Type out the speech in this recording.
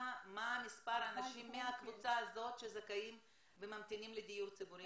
מה מספר האנשים מהקבוצה הזו שזכאים וממתינים לדיור ציבורי?